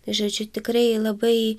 žodžiu tikrai labai